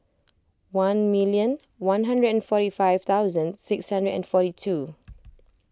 one million one hundred and forty five thousand six hundred and forty two